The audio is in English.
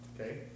Okay